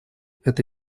это